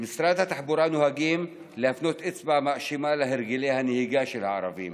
במשרד התחבורה נוהגים להפנות אצבע מאשימה להרגלי הנהיגה של הערבים